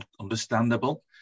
Understandable